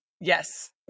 yes